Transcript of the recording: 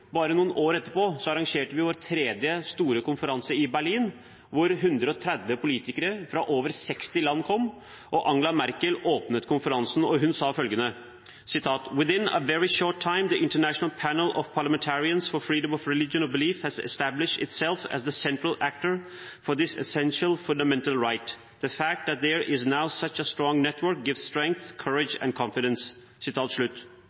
bare noen år etterpå, arrangerte vår tredje store konferanse i Berlin, hvor det kom 130 politikere fra over 60 land. Angela Merkel åpnet konferansen, og hun sa følgende: «Within a very short time, the International Panel of Parliamentarians for Freedom of Religion or Belief has established itself as the central actor for this essential fundamental right. The fact that there is now such a strong network